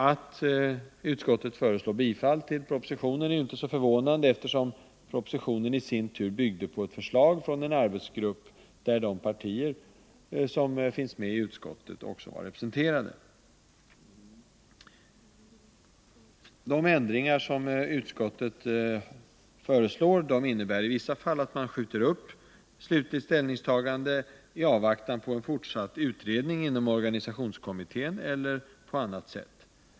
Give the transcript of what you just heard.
Att utskottet föreslår bifall till propositionen är ju inte förvånande, eftersom propositionen i sin tur byggde på förslag från en arbetsgrupp där de partier som finns med i utskottet också var representerade. De ändringar som utskottet föreslår innebär i vissa fall att man väntar med slutligt ställningstagande i avvaktan på fortsatt utredning inom organisationskommittén eller på annat sätt.